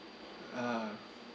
ah